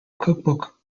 cookbook